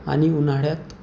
आणि उन्हाळ्यात